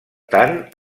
tant